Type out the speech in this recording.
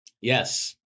Yes